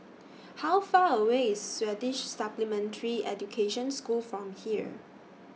How Far away IS Swedish Supplementary Education School from here